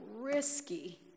risky